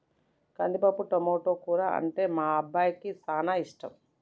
కందిపప్పు టమాటో కూర అంటే మా అబ్బాయికి చానా ఇష్టం